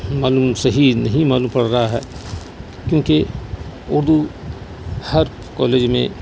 معلوم صحیح نہیں معلوم پڑ رہا ہے کیونکہ اردو ہر کالج میں